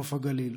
בנוף הגליל,